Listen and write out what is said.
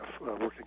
working